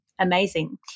Amazing